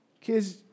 Kids